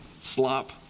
Slop